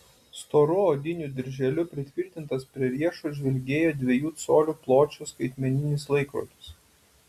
storu odiniu dirželiu pritvirtintas prie riešo žvilgėjo dviejų colių pločio skaitmeninis laikrodis